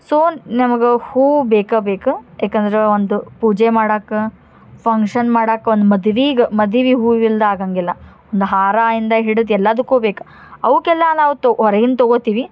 so ನಮಗೆ ಹೂ ಬೇಕು ಬೇಕು ಏಕಂದ್ರೆ ಒಂದು ಪೂಜೆ ಮಾಡಕ್ಕ ಫಂಕ್ಷನ್ ಮಾಡಕ್ಕ ಒಂದು ಮದ್ವೀಗೆ ಮದಿವೆ ಹೂವು ಇಲ್ದೆ ಆಗಂಗಿಲ್ಲ ಒಂದು ಹಾರದಿಂದ ಹಿಡ್ದು ಎಲ್ಲದಕ್ಕೂ ಬೇಕು ಅವಕ್ಕೆಲ್ಲ ನಾವು ತೊ ಹೊರ್ಗಿಂದ್ ತೊಗೊತೀವಿ